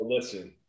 listen